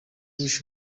bush